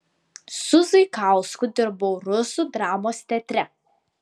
su zaikausku dirbau rusų dramos teatre